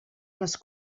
les